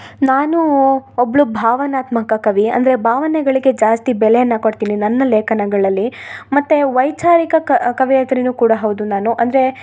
ನಾನೂ ಒಬ್ಬಳು ಭಾವನಾತ್ಮಕ ಕವಿ ಅಂದರೆ ಭಾವನೆಗಳಿಗೆ ಜಾಸ್ತಿ ಬೆಲೆಯನ್ನು ಕೊಡ್ತಿನಿ ನನ್ನ ಲೇಖನಗಳಲ್ಲಿ ಮತ್ತು ವೈಚಾರಿಕ ಕವಯಿತ್ರಿ ಕೂಡ ಹೌದು ನಾನು ಅಂದರೆ